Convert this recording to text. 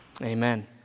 Amen